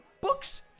books